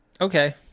Okay